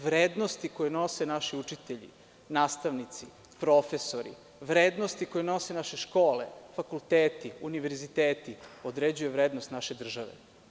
Vrednosti koje nose naši učitelji, nastavnici, profesori, vrednosti koje nose naše škole, fakulteti, univerziteti određuju vrednost naše države.